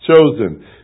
Chosen